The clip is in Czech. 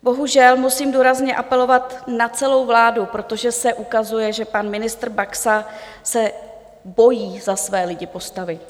Bohužel musím důrazně apelovat na celou vládu, protože se ukazuje, že pan ministr Baxa se bojí za své lidi postavit.